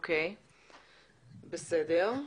בסדר.